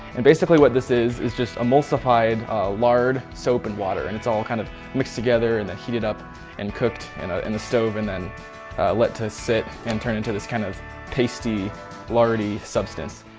and basically what this is is just emulsified lard, soap, and water, and it's all kind of mixed together and then heated up and cooked in a stove, and then let to sit and turn into this kind of pasty lardy substance.